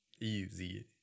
easy